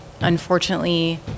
unfortunately